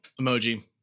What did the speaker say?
emoji